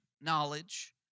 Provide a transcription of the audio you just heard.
knowledge